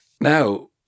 now